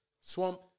Swamp